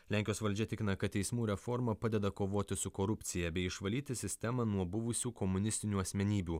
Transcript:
lenkijos valdžia tikina kad teismų reforma padeda kovoti su korupcija bei išvalyti sistemą nuo buvusių komunistinių asmenybių